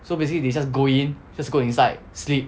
so basically they just go in just go inside sleep